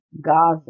gaza